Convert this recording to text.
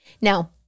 Now